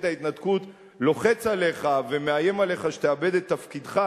ההתנתקות לוחץ עליך ומאיים עליך שתאבד את תפקידך,